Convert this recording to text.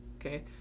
Okay